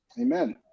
Amen